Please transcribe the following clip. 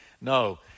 no